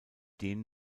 denen